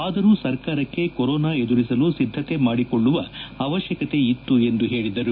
ಆದರೂ ಸರ್ಕಾರಕ್ಕೆ ಕೊರೊನಾ ಎದುರಿಸಲು ಸಿದ್ದತೆ ಮಾಡಿಕೊಳ್ಳುವ ಅವಶ್ವಕತೆ ಇತ್ತು ಎಂದು ಹೇಳಿದರು